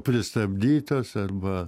pristabdytas arba